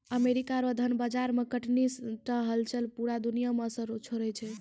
America रो धन बाजार मे कनी टा हलचल पूरा दुनिया मे असर छोड़ै छै